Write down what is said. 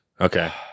Okay